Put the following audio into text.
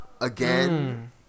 again